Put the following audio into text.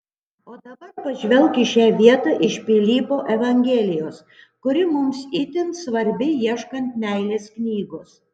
o dabar pažvelk į šią vietą iš pilypo evangelijos kuri mums itin svarbi ieškant meilės knygos